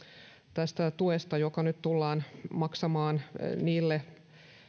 tästä tuesta joka nyt tullaan maksamaan niille